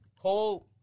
Cole